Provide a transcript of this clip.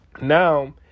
Now